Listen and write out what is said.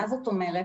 מה זאת אומרת?